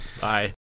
Bye